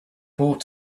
port